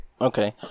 Okay